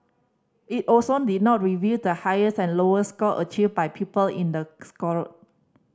it also did not reveal the highest and lowest score achieved by pupil in the score